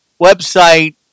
website